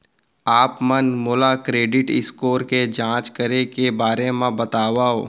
आप मन मोला क्रेडिट स्कोर के जाँच करे के बारे म बतावव?